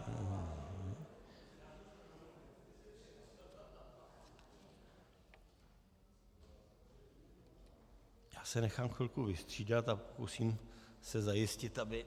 Já se nechám chvilku vystřídat a pokusím se zajistit, aby...